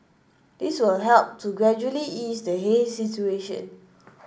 this will help to gradually ease the haze situation